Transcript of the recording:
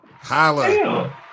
Holla